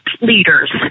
leaders